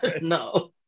no